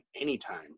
anytime